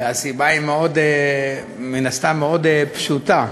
והסיבה היא מן הסתם מאוד פשוטה,